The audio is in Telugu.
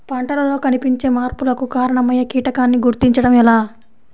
పంటలలో కనిపించే మార్పులకు కారణమయ్యే కీటకాన్ని గుర్తుంచటం ఎలా?